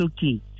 key